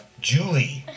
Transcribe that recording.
Julie